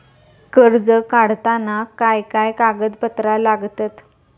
कर्ज काढताना काय काय कागदपत्रा लागतत?